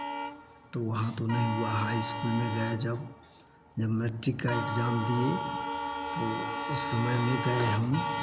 तो वहाँ तो नहीं हुआ हाई स्कूल में गए जब जब मैट्रिक का एग्जाम दिए तो उस समय में गए हम